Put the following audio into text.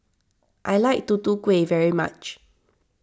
I like Tutu Kueh very much